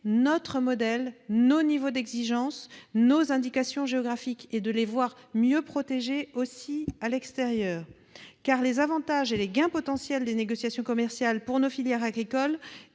notre modèle, nos niveaux d'exigence et nos indications géographiques, afin que ceux-ci soient aussi mieux protégés à l'extérieur. En effet, les avantages et les gains potentiels des négociations commerciales pour nos filières agricoles